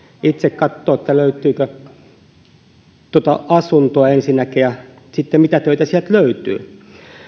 itse katsomaan löytyykö ensinnäkin asuntoa ja sitten mitä töitä sieltä löytyy